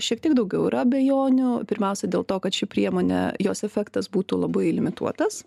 šiek tiek daugiau yra abejonių pirmiausia dėl to kad ši priemonė jos efektas būtų labai limituotas